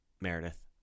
Meredith